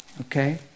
Okay